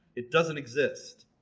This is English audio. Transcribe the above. it doesn't exist.